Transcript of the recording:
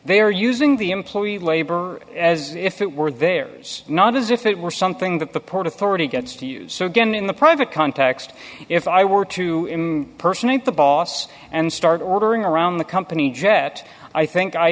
they're using the employee labor as if it were there is not as if it were something that the port authority gets to use again in the private context if i were to him personally the boss and start ordering around the company jet i think i